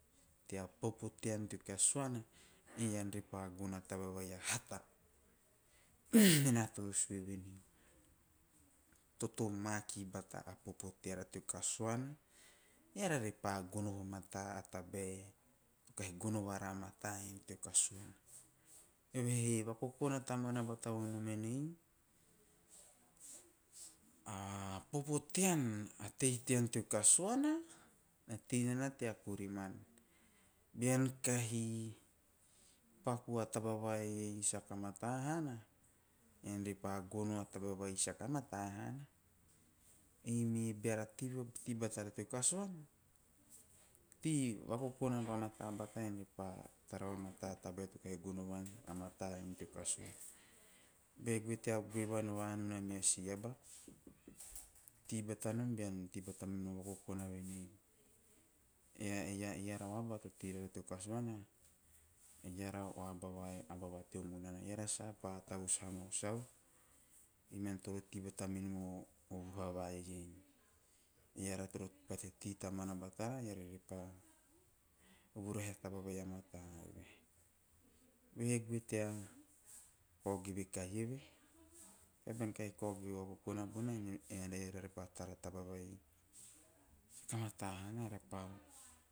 Tea popo tean teo kasuana ean tre pa gono a taba vai a hata. Ei mena toro sue vevei totomake bata a ppo teara teo kasuana eara re pa gono vamata a tabae a mata to kahi gono vara teo kasuana. Evehe vakokona tamuana bata vonom en a, a tei tean, a popo tean teo kasuana na tei nana na tei kuriman beab kahi paku a taba vai sata mata hana eime beara tei batara teo kasuana tei - tei vakokona vamata bata ean re pa tara vamata bata a tabae to bahi gono vara teo kasuana bean goe tea tara vanvanun a meha si aba, tei batanom bean tei bata minom vokokona va iei eara o oba to tei rara teo kasuana eara o aba vai topa tavus mau teo munana eara sapa tavus ha ma sau ei mearira toro tei bata mirara o vuha va iei iara toro pate tei tamuana batara eara repa vuriha taba vai a mata. Me eara toro goe ta kao geve kahi a tavavai, beara kao geve o vakokona bona iara pa tara a taba vai saka mata hana iara pa